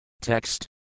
Text